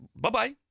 bye-bye